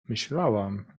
myślałam